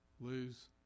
lose